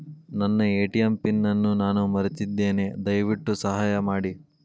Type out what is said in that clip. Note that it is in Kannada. ನನ್ನ ಎ.ಟಿ.ಎಂ ಪಿನ್ ಅನ್ನು ನಾನು ಮರೆತಿದ್ದೇನೆ, ದಯವಿಟ್ಟು ಸಹಾಯ ಮಾಡಿ